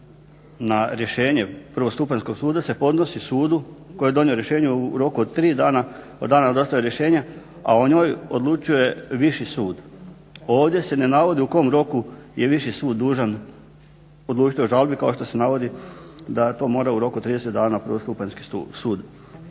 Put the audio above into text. na rješenje prvostupanjskog suda se podnosi sudu koji je donio rješenje u roku od tri dana od dana dostave rješenja, a o njoj odlučuje viši sud. Ovdje se ne navodi u kom roku je viši sud dužan odlučiti o žalbi kao što se navodi da to mora u roku od 30 dana prvostupanjski sud.